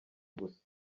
gusa